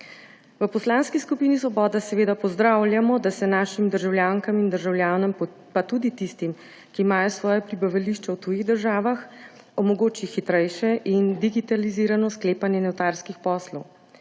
V Poslanski skupini Svoboda seveda pozdravljamo, da se našim državljankam in državljanom, pa tudi tistim, ki imajo svoje prebivališče v tujih državah, omogoči hitrejše in digitalizirano sklepanje notarskih poslov.